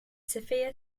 sofia